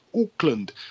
Auckland